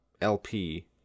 LP